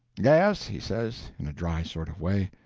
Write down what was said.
yes, he says, in a dry sort of way,